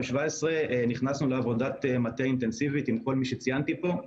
נכנס לעבודת מטה אינטנסיבית עם כל מי שציינתי פה,